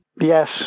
Yes